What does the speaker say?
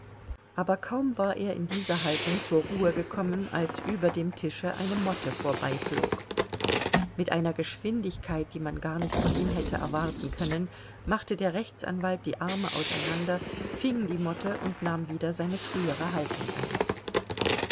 aber kaum war er in dieser haltung zur ruhe gekommen als über dem tische eine motte vorbeiflog mit einer geschwindigkeit die man gar nicht von ihm hätte erwarten können machte der rechtsanwalt die arme auseinander fing die motte und nahm wieder seine frühere haltung ein